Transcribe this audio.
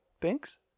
thanks